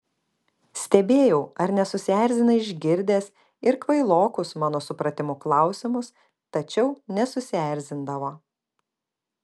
stebėjau ar nesusierzina išgirdęs ir kvailokus mano supratimu klausimus tačiau nesusierzindavo